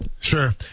Sure